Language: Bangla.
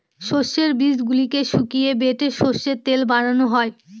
সর্ষের বীজগুলোকে শুকিয়ে বেটে সর্ষের তেল বানানো হয়